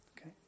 okay